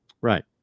Right